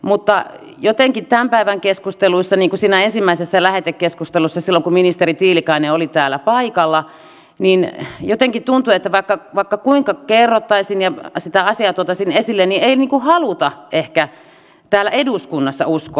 mutta tämän päivän keskusteluissa niin kuin siinä ensimmäisessä lähetekeskustelussa silloin kun ministeri tiilikainen oli täällä paikalla jotenkin tuntui että vaikka kuinka kerrottaisiin ja sitä asiaa tuotaisiin esille niin ei haluta ehkä täällä eduskunnassa uskoa